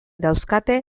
dauzkate